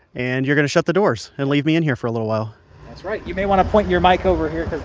and you're going to shut the doors and leave me in here for a little while that's right. you may want to point your mic over here